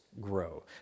grow